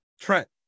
Trent